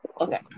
Okay